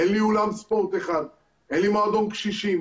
אין לי אולם ספורט אחד, אין לי מועדון קשישים.